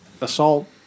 assault